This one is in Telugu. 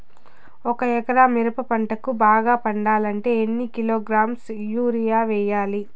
ఒక ఎకరా మిరప పంటకు బాగా పండాలంటే ఎన్ని కిలోగ్రామ్స్ యూరియ వెయ్యాలి?